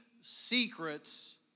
secrets